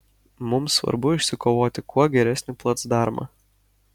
mums svarbu išsikovoti kuo geresnį placdarmą